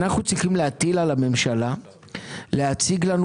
אנחנו צריכים להטיל על הממשלה להציג לנו